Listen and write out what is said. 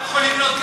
אתה יכול לבנות.